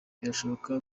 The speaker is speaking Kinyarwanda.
birashoboka